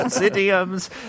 idioms